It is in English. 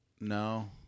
No